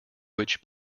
which